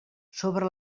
sobre